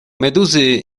meduzy